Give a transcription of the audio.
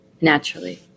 naturally